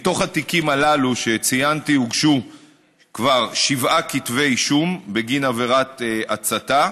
מתוך התיקים הללו שציינתי הוגשו כבר שבעה כתבי אישום בגין עבירת הצתה.